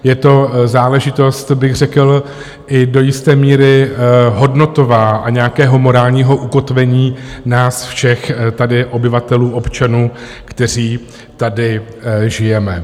Je to záležitost bych řekl i do jisté míry hodnotová a nějakého morálního ukotvení nás všech, tedy obyvatelů, občanů, kteří tady žijeme.